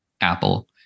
Apple